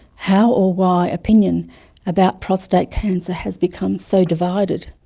how or why opinion about prostate cancer has become so divided.